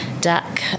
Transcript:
duck